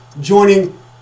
joining